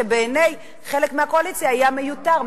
שבעיני חלק מהקואליציה היה מיותר,